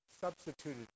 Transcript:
substituted